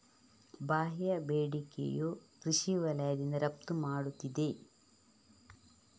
ಬಾಹ್ಯ ಬೇಡಿಕೆಯು ಕೃಷಿ ವಲಯದಿಂದ ರಫ್ತು ಮಾಡುತ್ತಿದೆ